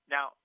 Now